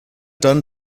done